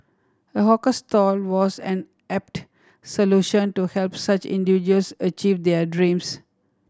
a hawker stall was an apt solution to help such individuals achieve their dreams